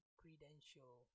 credential